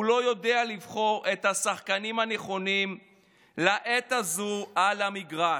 הוא לא יודע לבחור את השחקנים הנכונים לעת הזו על המגרש.